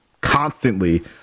constantly